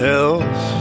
else